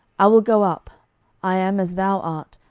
i will go up i am as thou art,